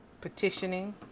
Petitioning